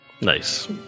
Nice